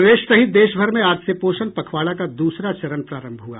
प्रदेश सहित देशभर में आज से पोषण पखवाड़ा का दूसरा चरण प्रारम्भ हुआ